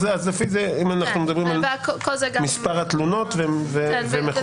אנחנו מדברים על מספר התלונות והמחוזות.